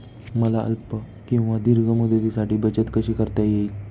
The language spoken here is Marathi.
मला अल्प किंवा दीर्घ मुदतीसाठी बचत कशी करता येईल?